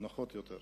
נוחים יותר,